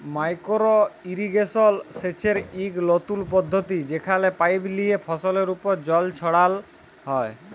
micro irrigation সেচের ইকট লতুল পদ্ধতি যেখালে পাইপ লিয়ে ফসলের উপর জল ছড়াল হ্যয়